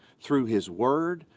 through his word,